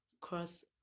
cause